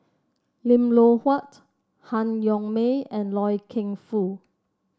Lim Loh Huat Han Yong May and Loy Keng Foo